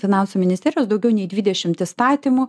finansų ministerijos daugiau nei dvidešimt įstatymų